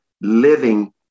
living